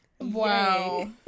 wow